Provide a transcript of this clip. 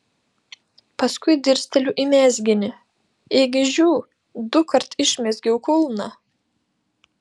paskui dirsteliu į mezginį ėgi žiū dukart išmezgiau kulną